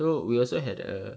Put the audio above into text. so we also have the